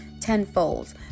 tenfold